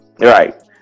right